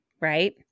right